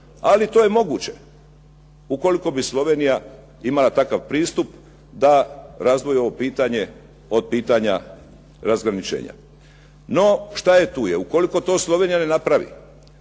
ali to je moguće ukoliko bi Slovenija imala takav pristup da razdvoji ovo pitanje od pitanja razgraničenja, no šta je tu je. Ukoliko to Slovenija ne napravi,